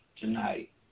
tonight